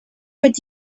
but